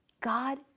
God